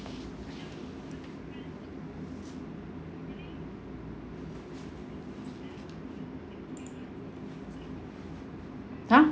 !huh!